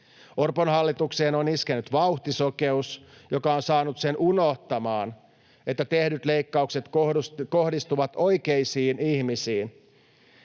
Orpon hallitukseen on iskenyt vauhtisokeus, joka on saanut sen unohtamaan, että tehdyt leikkaukset kohdistuvat oikeisiin ihmisiin,